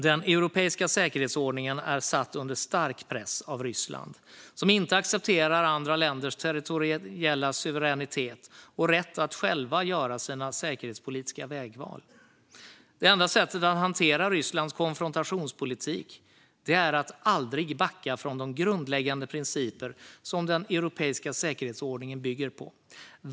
Den europeiska säkerhetsordningen är satt under stark press av Ryssland som inte accepterar andra länders territoriella suveränitet och rätt att själva göra sina säkerhetspolitiska vägval. Det enda sättet att hantera Rysslands konfrontationspolitik är att aldrig backa från de grundläggande principer som den europeiska säkerhetsordningen bygger på.